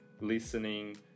listening